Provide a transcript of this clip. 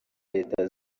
leta